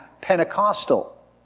Pentecostal